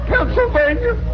Pennsylvania